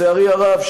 לצערי הרב,